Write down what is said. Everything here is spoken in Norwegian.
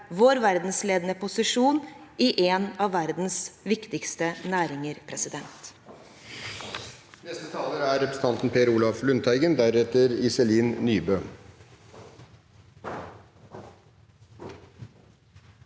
sin verdensledende posisjon i en av verdens viktigste næringer. Per